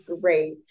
great